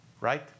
right